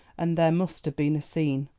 and there must have been a scene,